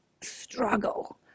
struggle